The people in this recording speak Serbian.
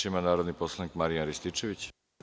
Reč ima narodni poslanik Marijan Rističević.